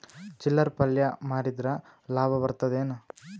ಚಿಲ್ಲರ್ ಪಲ್ಯ ಮಾರಿದ್ರ ಲಾಭ ಬರತದ ಏನು?